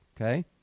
okay